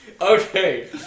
Okay